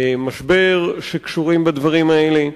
משבר, שקשורות בדברים האלה.